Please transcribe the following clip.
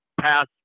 pass